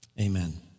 Amen